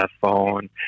phone